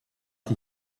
die